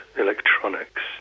electronics